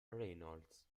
reynolds